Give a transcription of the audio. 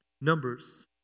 Numbers